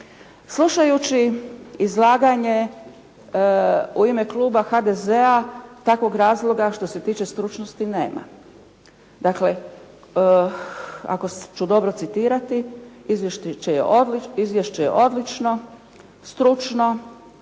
Slušajući izlaganje u ime Kluba HDZ-a takvog razloga što se tiče stručnosti nema. Dakle ako ću dobro citirati izvješće je odlično, stručno,